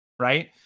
Right